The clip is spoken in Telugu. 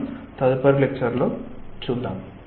మనం తదుపరి లెక్చర్ లో చూద్దాం